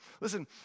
Listen